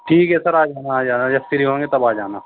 ٹھیک ہے سر آ جانا آ جانا جب فری ہوں گے تب آ جانا